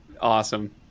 Awesome